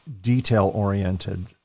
detail-oriented